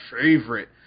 favorite